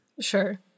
Sure